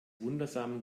wundersamen